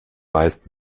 meist